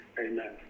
amen